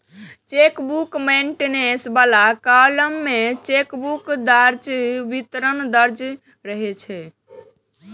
chequebook maintenance बला column मे chequebook चार्जक विवरण दर्ज रहै छै